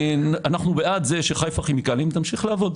בעד זה שחיפה כימיקלים תמשיך לעבוד.